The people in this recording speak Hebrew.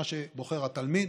מה שבוחר התלמיד,